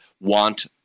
want